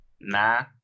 Nah